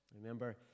Remember